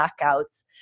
blackouts